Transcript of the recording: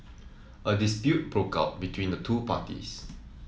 a dispute broke out between the two parties